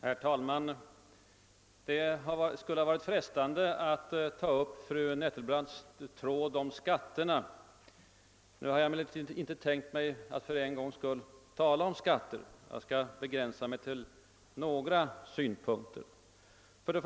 Herr talman! Det skulle ha varit frestande att fördjupa sig i fru Nettelbrandts tema om skatterna. Jag har emellertid för en gångs skull inte tänkt tala om skatter. Jag skall därför begränsa mig till några synpunkter på detta område.